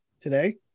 today